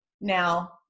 Now